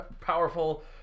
powerful